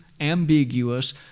ambiguous